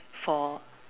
for